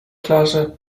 klarze